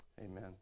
Amen